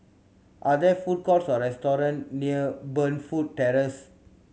are there food courts or restaurant near Burnfoot Terrace